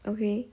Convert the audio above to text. okay